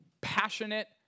passionate